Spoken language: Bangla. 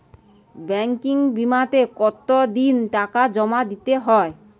ব্যাঙ্কিং বিমাতে কত দিন টাকা জমা দিতে হয়?